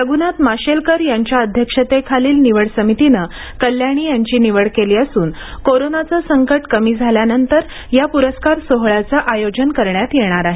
रघुनाथ माशेलकर यांच्या अध्यक्षतेखालील निवड समितीने कल्याणी यांची निवड केली असून कोरोनाचे संकट कमी झाल्यानंतर या पुरस्कार सोहोळ्याचे आयोजन करण्यात येणार आहे